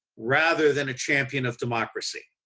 rather than a champion of democracy.